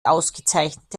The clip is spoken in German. ausgezeichnete